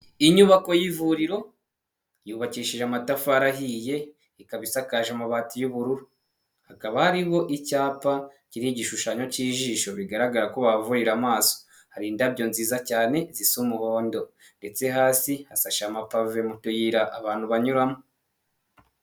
Inyubako y'ivuriro yubakishije amatafari ahiye ikaba isakaje amabati y'ubururu, hakaba haribo icyapa kiriho igishushanyo cy'ijisho bigaragara ko bahavurira amaso, hari indabyo nziza cyane zisa umuhondo, ndetse hasi hasasha amapave m'utuyira abantu banyuramo.